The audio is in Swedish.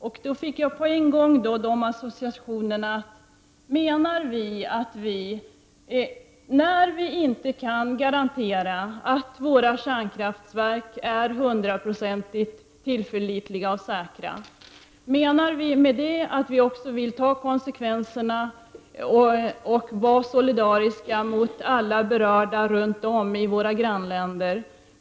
Jag fick då på en gång den associationen, om vi inte kan garantera att våra kärnkraftverk är hundraprocentigt tillförlitliga och säkra, vill vi då ta konsekvenserna och vara solidariska med alla berörda runt om i våra grannländer?